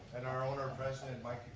and our owner president mike